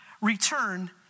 return